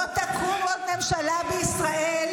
לא תקום עוד ממשלה בישראל